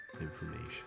information